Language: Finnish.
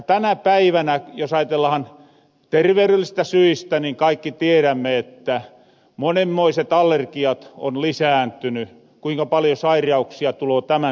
tänä päivänä jos ajatellahan terveyrellisistä syistä niin kaikki tiedämme että monenmoiset allergiat on lisääntyny kuinka paljon sairauksia tuloo tämän suhteen